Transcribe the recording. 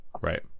Right